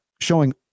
showing